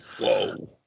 Whoa